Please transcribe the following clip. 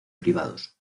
privados